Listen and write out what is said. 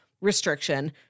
restriction